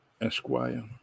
Esquire